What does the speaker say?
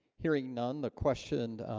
hearing none the questioned.